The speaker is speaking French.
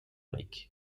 lake